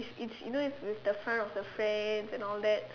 is is you know is with the fun of your friends and all that